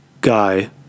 guy